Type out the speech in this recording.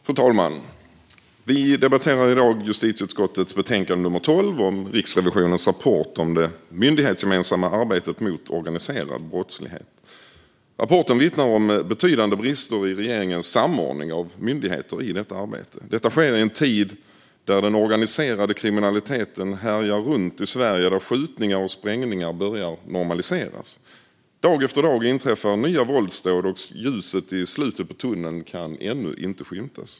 Fru talman! Vi debatterar i dag justitieutskottets betänkande nr 12 om Riksrevisionens rapport om det myndighetsgemensamma arbetet mot organiserad brottslighet. Rapporten vittnar om betydande brister i regeringens samordning av myndigheter i detta arbete. Detta sker i en tid där den organiserade kriminaliteten härjar i Sverige och där skjutningar och sprängningar börjar normaliseras. Dag efter dag inträffar nya våldsdåd, och ljuset i slutet av tunneln kan ännu inte skymtas.